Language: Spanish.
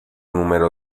número